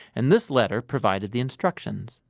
and this letter provided the instructions.